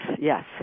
yes